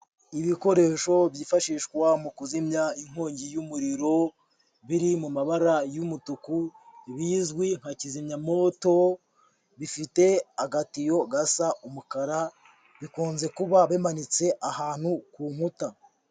Ibikoresho byifashishwa mu kuzimya inkongi y'umuriro, biri mu mabara y'umutuku bizwi nka kizimyamoto bifite agatiyo gasa umukara, bikunze kuba bimanitse ahantu ku nkuta.